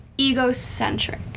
Egocentric